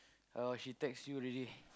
oh she text you already